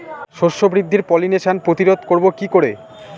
শস্য বৃদ্ধির পলিনেশান প্রতিরোধ করব কি করে?